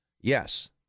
Yes